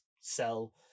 sell